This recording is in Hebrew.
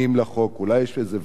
אולי יש איזו ועדה בכנסת